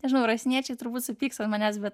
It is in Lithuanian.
nežinau raseiniečiai turbūt supyks ant manęs bet